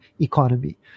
economy